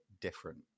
different